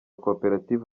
koperative